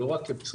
לא רק כפצועים,